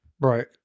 right